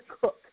cook